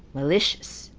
malicious,